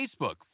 Facebook